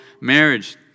marriage